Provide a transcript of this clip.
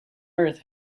earth